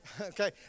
okay